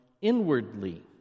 inwardly